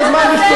כל הזמן משתוללת.